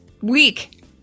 week